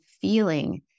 feeling